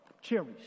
Cherries